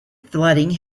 flooding